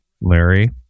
Larry